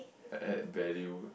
like add value